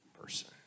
person